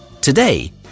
Today